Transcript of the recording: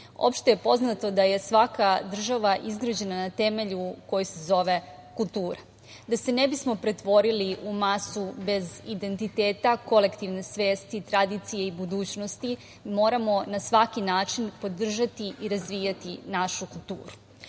opšte je poznato da je svaka država izgrađena na temelju koji se zove kultura. Da se ne bismo pretvorili u masu bez identiteta, kolektivne svesti, tradicije i budućnosti, moramo na svaki način podržati i razvijati našu kulturu. Danas